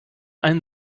ein